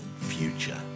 future